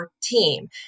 team